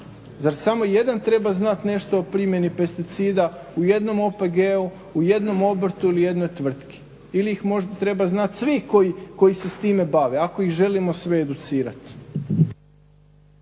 Zar samo jedan treba znati nešto o primjeni pesticida u jednom OPG-u, u jednom obrtu ili jednoj tvrtki ili ih možda treba znati svi koji se s time bave ako ih želimo sve educirati.